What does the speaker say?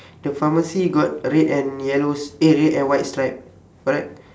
the pharmacy got red and yellow s~ eh red and white stripe correct